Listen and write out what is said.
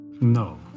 No